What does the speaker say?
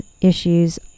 issues